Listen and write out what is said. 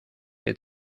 que